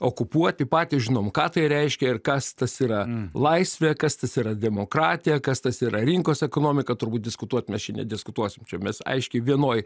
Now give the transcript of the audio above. okupuoti patys žinom ką tai reiškia ir kas tas yra laisvė kas tas yra demokratija kas tas yra rinkos ekonomika turbūt diskutuot mes čia nediskutuosim čia mes aiškiai vienoj